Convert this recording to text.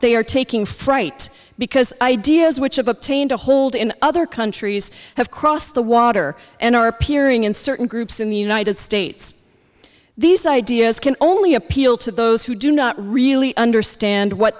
they are taking fright because ideas which of obtained a hold in other countries have crossed the water and are appearing in certain groups in the united states these ideas can only appeal to those who do not really understand what